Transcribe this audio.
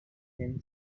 thin